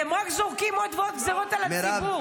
אתם רק זורקים עוד ועוד גזרות על הציבור.